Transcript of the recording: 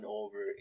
over